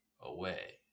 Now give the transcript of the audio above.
away